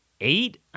eight